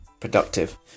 productive